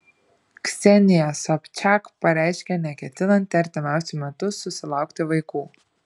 ksenija sobčiak pareiškė neketinanti artimiausiu metu susilaukti vaikų